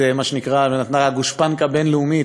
שנתנה גושפנקה בין-לאומית,